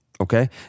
Okay